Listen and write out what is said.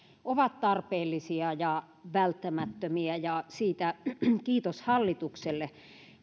ovat tarpeellisia ja välttämättömiä ja niistä kiitos hallitukselle